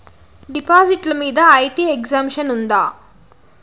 డిపాజిట్లు మీద IT exemption ఉందా?